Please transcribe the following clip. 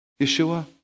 Yeshua